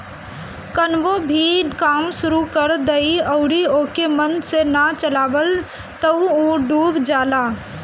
कवनो भी काम शुरू कर दअ अउरी ओके मन से ना चलावअ तअ उ डूब जाला